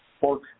pork